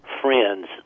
friends